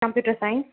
computer science